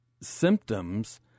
symptoms